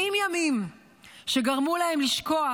70 ימים שגרמו להם לשכוח